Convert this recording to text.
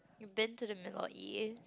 you've been to the Middle-East